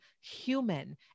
human